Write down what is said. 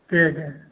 दे दे